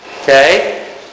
Okay